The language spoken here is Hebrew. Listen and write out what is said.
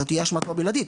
זו תהיה אשמתו הבלעדית.